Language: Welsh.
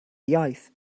iaith